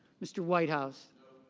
mr. whitehouse